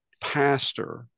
pastor